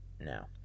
Now